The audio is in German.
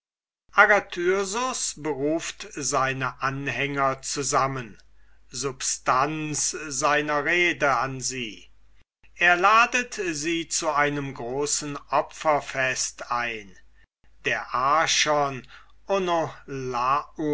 agathyrsus beruft seine anhänger zusammen substanz seiner rede an sie er ladet sie zu einem großen opferfeste ein der archon